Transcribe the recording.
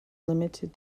limited